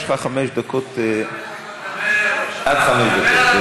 יש לך חמש דקות, עד חמש דקות.